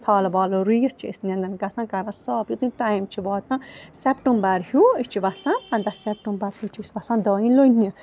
تھل ول رُیِتھ چھِ أسۍ نینٛدن گژھان کر صاف یُتھٕے ٹایم چھُ واتان سٮ۪پٹٕمبر ہیوٗ أسۍ چھِ وَسان پنٛداہ سٮ۪پٹمبَر ہیوٗ چھِ أسۍ وَسان دانہِ لوننہِ